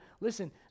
listen